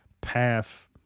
path